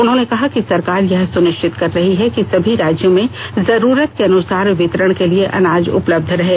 उन्होंने कहा कि सरकार यह सुनिश्चित कर रही है कि सभी राज्यों में जरूरत के अनुसार वितरण के लिए अनाज उपलब्ध रहें